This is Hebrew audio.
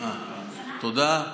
תודה.